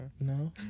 No